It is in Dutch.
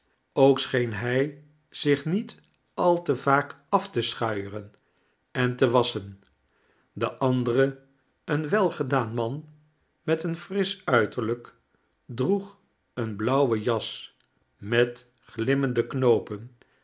ook scheen hij zich niet al te vaak af te schuieren en te wasschen de andere een welgedaan man met een friseh uiterlijk droeg eene blauwe jas met glimmende knoopen